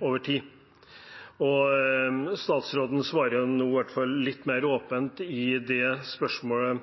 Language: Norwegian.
over tid. Statsråden svarer i hvert fall nå litt mer åpent i spørsmål